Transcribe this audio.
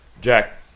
Jack